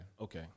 Okay